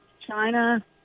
china